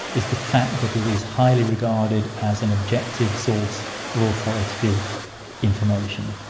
is the fact that it is highly regarded as an objective source of authoritative information.